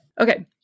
Okay